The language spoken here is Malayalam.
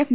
എഫ്